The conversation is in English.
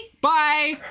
Bye